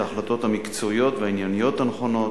ההחלטות המקצועיות והענייניות הנכונות,